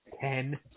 Ten